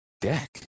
deck